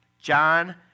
John